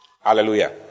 hallelujah